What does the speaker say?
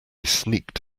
sneaked